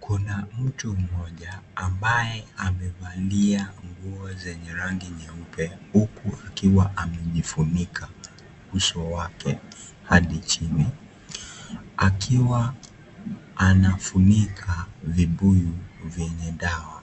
Kuna mtu mmoja, ambaye amevalia nguo zenye rangi nyeupe huku akiwa amejifunika uso wake hadi chini. Akiwa anafunika vibuyu vyenye dawa.